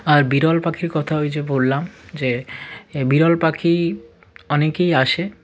আর বিরল পাখির কথা ওই যে বললাম যে বিরল পাখি অনেকেই আসে